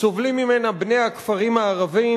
סובלים ממנה בני הכפרים הערביים,